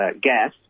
gas